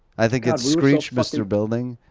i think it's screech, mr. belding,